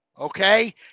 okay